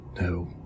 no